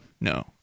No